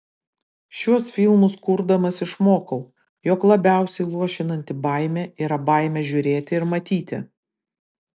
šiuos filmus kurdamas išmokau jog labiausiai luošinanti baimė yra baimė žiūrėti ir matyti